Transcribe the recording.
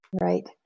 right